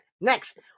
next